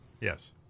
Yes